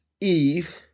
Eve